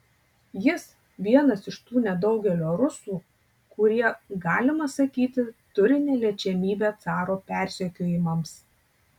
jis vienas iš tų nedaugelio rusų kurie galima sakyti turi neliečiamybę caro persekiojimams